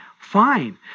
Fine